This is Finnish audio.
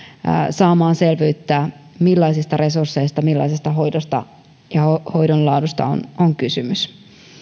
saamaan selvyyttä millaisista resursseista millaisesta hoidosta ja hoidon laadusta on on kysymys